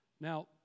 Now